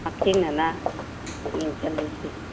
ꯍꯛꯊꯦꯡꯅꯅ ꯌꯦꯡꯁꯜꯂꯨꯁꯤ